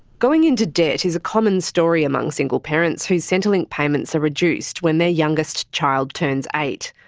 going into debt is a common story among single parents whose centrelink payments are reduced when their youngest child turns eight.